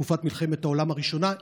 בתקופת מלחמת העולם הראשונה.